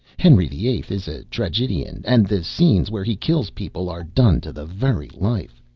henry the eighth is a tragedian, and the scenes where he kills people are done to the very life.